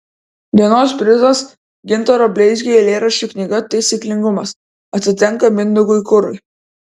dienos prizas gintaro bleizgio eilėraščių knyga taisyklingumas atitenka mindaugui kurui